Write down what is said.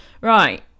right